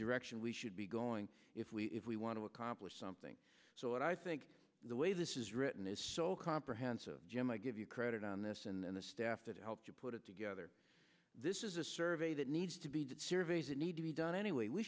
direction we should be going if we if we want to accomplish something so i think the way this is written is so comprehensive jim i give you credit on this and the staff that helped to put it together this is a survey that needs to be that surveys that need to be done anyway we